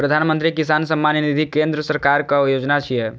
प्रधानमंत्री किसान सम्मान निधि केंद्र सरकारक योजना छियै